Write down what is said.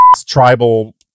tribal